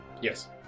Yes